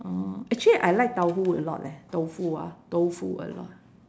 orh actually I like tau hu a lot leh tofu ah tofu a lot